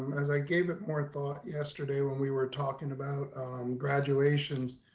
as i gave it more thought yesterday, when we were talking about graduations,